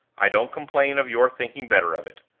i don't complain of your thinking better of it.